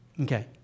Okay